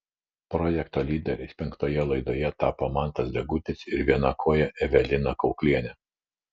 projekto lyderiais penktoje laidoje tapo mantas degutis ir vienakojė evelina kauklienė